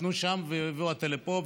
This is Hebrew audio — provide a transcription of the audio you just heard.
התחתנו שם והביא אותה לפה,